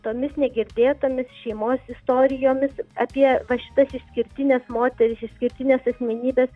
tomis negirdėtomis šeimos istorijomis apie va šitas išskirtines moteris išskirtines asmenybes